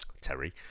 Terry